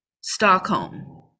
Stockholm